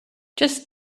just